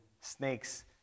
snakes